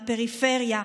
מהפריפריה,